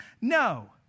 no